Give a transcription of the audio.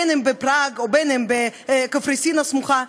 אם בפראג או בקפריסין הסמוכה,